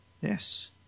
Yes